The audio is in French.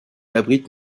abrite